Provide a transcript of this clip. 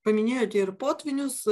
paminėjote ir potvynius